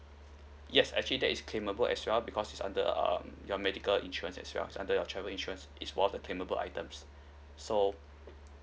yes actually that is claimable as well because is under um your medical insurance as well is under your travel insurance it's all the claimable items so